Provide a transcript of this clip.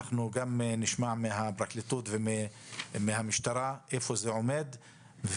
נשמע גם מן הפרקליטות ומן המשטרה איפה זה עומד.